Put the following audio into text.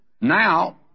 Now